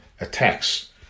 attacks